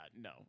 no